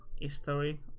history